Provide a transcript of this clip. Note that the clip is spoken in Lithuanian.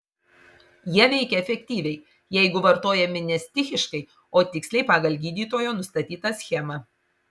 jie veikia efektyviai jeigu vartojami ne stichiškai o tiksliai pagal gydytojo nustatytą schemą